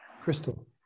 Crystal